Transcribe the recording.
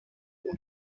und